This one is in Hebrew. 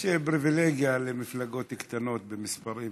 לפעמים יש פריבילגיה למפלגות קטנות במספרים.